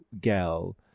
gal